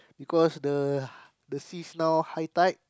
because the seas now high tide